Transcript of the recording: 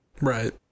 Right